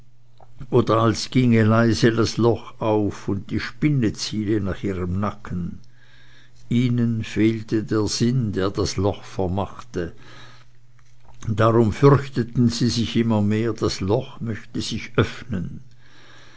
oder als ginge leise das loch auf und die spinne ziele nach ihrem nacken ihnen fehlte der sinn der das loch vermachte darum fürchteten sie sich immer mehr das loch möchte sich öffnen